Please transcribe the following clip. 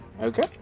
Okay